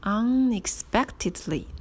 unexpectedly